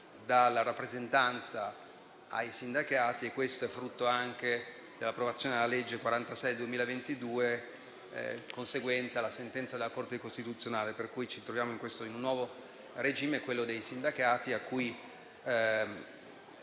dalla rappresentanza ai sindacati; questo è frutto anche dell'approvazione della legge n. 46 del 2022, conseguente alla sentenza della Corte costituzionale. Per cui ci troviamo in un nuovo regime, quello dei sindacati, a cui